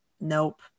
nope